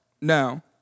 Now